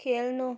खेल्नु